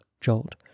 jolt